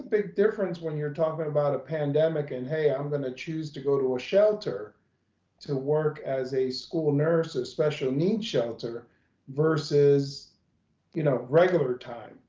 big difference when you're talking about a pandemic and hey, i'm gonna choose to go to a shelter to work as a school nurse or special need shelter versus you know regular time.